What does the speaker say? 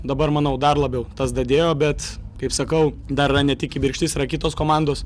dabar manau dar labiau tas dadėjo bet kaip sakau dar yra ne tik kibirkštis yra kitos komandos